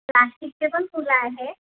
प्लॅस्टिकचे पण फुलं आहे